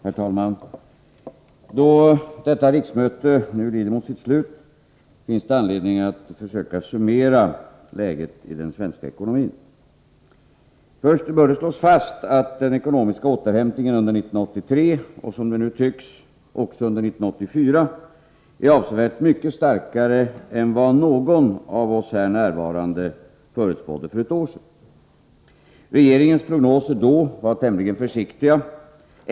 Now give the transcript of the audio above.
Herr talman! Då detta riksmöte nu lider mot sitt slut, finns det anledning att försöka summera läget i den svenska ekonomin. Först bör slås fast att den ekonomiska återhämtningen under 1983 och — som det nu tycks — också under 1984 är avsevärt starkare än vad någon av oss här närvarande förutspådde för ett år sedan. Regeringens prognoser då var tämligen försiktiga.